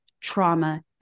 trauma